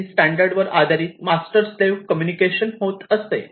3 standard वर आधारित master slave communication होत असते